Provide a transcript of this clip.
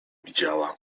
widziała